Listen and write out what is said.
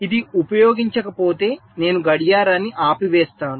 ఇది ఉపయోగించకపోతే నేను గడియారాన్ని ఆపివేస్తాను